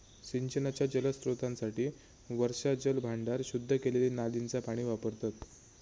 सिंचनाच्या जलस्त्रोतांसाठी वर्षाजल भांडार, शुद्ध केलेली नालींचा पाणी वापरतत